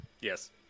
Yes